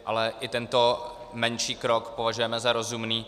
Ale i tento menší krok považujeme za rozumný.